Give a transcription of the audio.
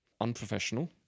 unprofessional